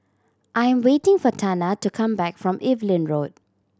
I am waiting for Tana to come back from Evelyn Road